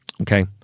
Okay